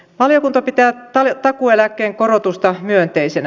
valiokunta pitää takuueläkkeen korotusta myönteisenä